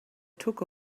took